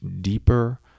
deeper